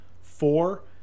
four